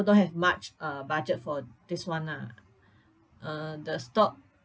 don't have much uh budget for this one lah uh the stock